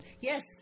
Yes